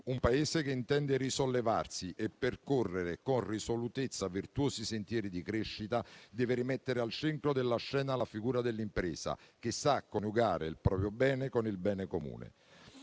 Un Paese che intende risollevarsi e percorrere con risolutezza virtuosi sentieri di crescita deve rimettere al centro della scena la figura dell'impresa, che sa coniugare il proprio bene con il bene comune.